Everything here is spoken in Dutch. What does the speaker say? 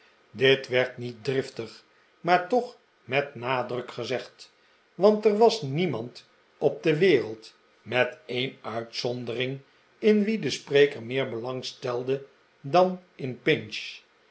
dit werd niet driftig maar toch met nadruk gezegd want er was niemand op de wereld met een uitzondering in wien de spreker meer belang stelde dan in pinch